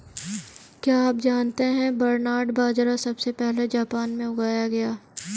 क्या आप जानते है बरनार्ड बाजरा सबसे पहले जापान में उगाया गया